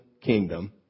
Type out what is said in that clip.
kingdom